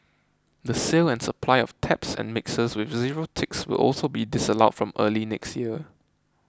the sale and supply of taps and mixers with zero ticks will also be disallowed from early next year